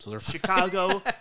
Chicago